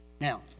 Now